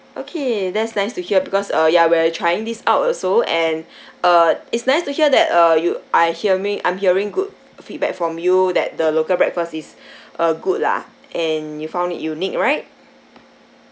okay that's nice to hear because uh ya we're trying this out also and uh it's nice to hear that uh you I hearing I'm hearing good feedback from you that the local breakfast is uh good lah and you found it unique right